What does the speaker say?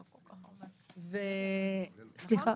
סליחה,